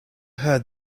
heard